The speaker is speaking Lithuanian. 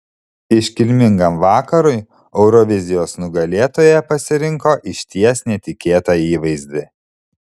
iškilmingam vakarui eurovizijos nugalėtoja pasirinko išties netikėtą įvaizdį